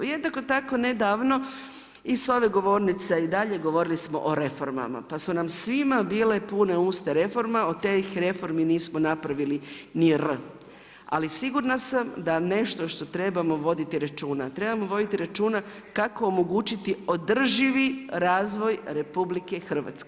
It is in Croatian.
Jednako tako ne davno i s ove govornice i dalje govorili smo o reformama pa su nam svima bile puna usta reforme, od tih reformi nismo napravili ni R. Ali sigurna sam da nešto što trebamo voditi računa, trebamo voditi računa kako omogućiti održivi razvoj RH.